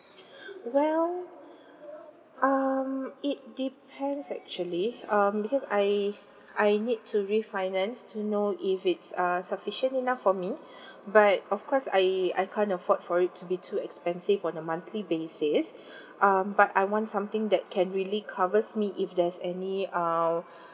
well um it depends actually um because I I need to refinance to know if it's err sufficient enough for me but of course I I can't afford for it to be too expensive on a monthly basis um but I want something that can really covers me if there's any um